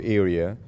area